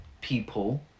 people